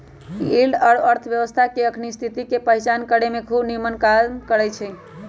yield curve अर्थव्यवस्था के अखनी स्थिति के पहीचान करेमें खूब निम्मन काम करै छै